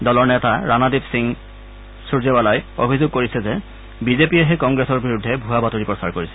দলৰ নেতা ৰাণাদ্বীপ সিং সূৰ্যেৱালাই অভিযোগ কৰিছে যে বিজেপিয়েহে কংগ্ৰেছৰ বিৰুদ্ধে ভুৱা বাতৰি প্ৰচাৰ কৰিছে